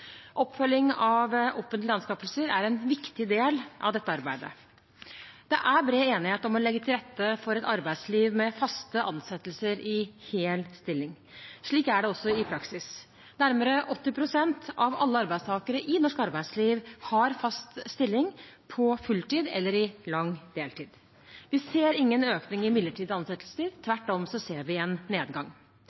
Oppfølging av offentlige anskaffelser er en viktig del av dette arbeidet. Det er bred enighet om å legge til rette for et arbeidsliv med faste ansettelser i hel stilling. Slik er det også i praksis. Nærmere 80 pst. av alle arbeidstakere i norsk arbeidsliv har fast stilling på fulltid eller i lang deltid. Vi ser ingen økning i midlertidige ansettelser. Tvert om så ser vi en nedgang.